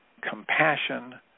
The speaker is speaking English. compassion